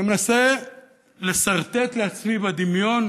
אני מנסה לסרטט לעצמי בדמיון